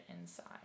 inside